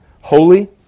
holy